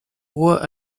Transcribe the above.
roi